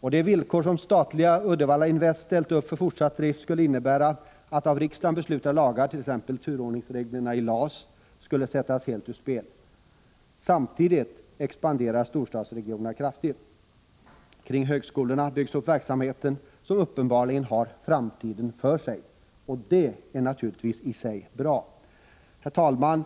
De villkor som statliga Uddevallainvest ställt för fortsatt drift skulle innebära att av riksdagen stiftade lagar, t.ex. turordningsreglerna i LAS, skulle sättas helt ur spel. Samtidigt expanderar storstadsregionerna kraftigt. Kring högskolorna byggs det upp verksamheter som uppenbarligen har framtiden för sig. Det är naturligtvis i sig bra. Herr talman!